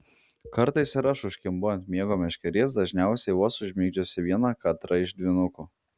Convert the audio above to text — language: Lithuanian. kartais ir aš užkimbu ant miego meškerės dažniausiai vos užmigdžiusi vieną katrą iš dvynukų